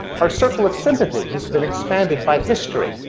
our circle of sympathy has been expanded by history,